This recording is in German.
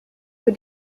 für